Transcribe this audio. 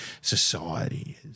society